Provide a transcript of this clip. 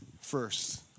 First